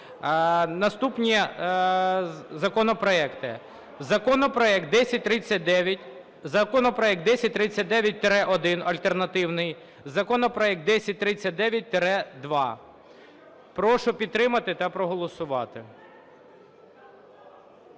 1039, законопроект, законопроект 1039-1 (альтернативний), законопроект 1039-2. Прошу підтримати та проголосувати.